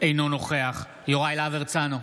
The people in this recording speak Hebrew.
אינו נוכח יוראי להב הרצנו,